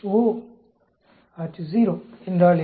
Ho என்றால் என்ன